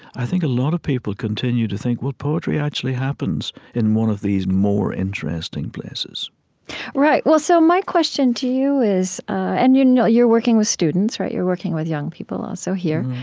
i think a lot of people continue to think, well, poetry actually happens in one of these more interesting places right. well, so my question to you is and you know you're working with students, you're working with young people, ah so here.